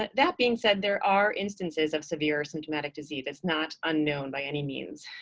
that that being said, there are instances of severe symptomatic disease. it's not unknown by any means.